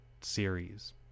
series